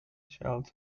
child